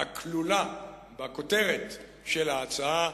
הכלולה בכותרת של ההצעה,